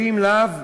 ואם לאו,